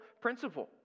principle